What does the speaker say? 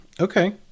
okay